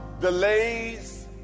delays